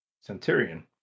Centurion